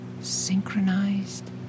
synchronized